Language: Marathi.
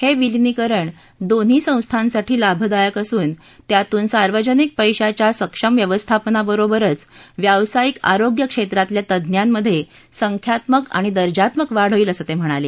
हे विलीनीकरण दोन्ही संस्थासाठी लाभदायक असून त्यातून सार्वजनिक पैशाच्या सक्षम व्यवस्थापनाबरोबरच व्यावसायिक आरोग्य क्षेत्रातल्या तज्ञांमधे संख्यात्मक आणि दर्जात्मक वाढ होईल असं ते म्हणाले